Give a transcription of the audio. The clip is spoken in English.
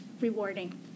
rewarding